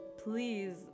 please